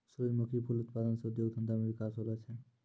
सुरजमुखी फूल उत्पादन से उद्योग धंधा मे बिकास होलो छै